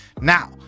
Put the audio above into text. Now